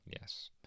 Yes